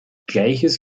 gleiches